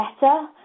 better